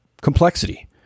complexity